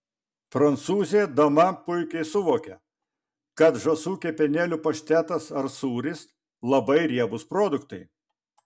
prancūzė dama puikiai suvokia kad žąsų kepenėlių paštetas ar sūris labai riebūs produktai